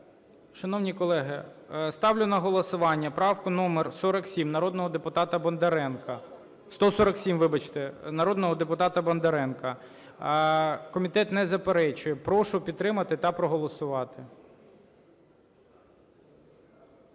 Шановні колеги, ставлю на голосування правку номер 47 народного депутата Бондаренка. 147, вибачте, народного депутата Бондаренка. Комітет не заперечує. Прошу підтримати та проголосувати.